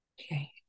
Okay